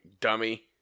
dummy